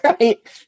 right